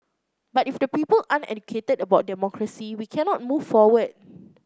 but if the people aren't educated about democracy we cannot move forward